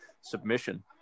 submission